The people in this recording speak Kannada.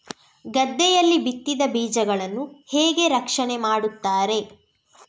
ಗದ್ದೆಯಲ್ಲಿ ಬಿತ್ತಿದ ಬೀಜಗಳನ್ನು ಹೇಗೆ ರಕ್ಷಣೆ ಮಾಡುತ್ತಾರೆ?